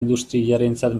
industriarentzat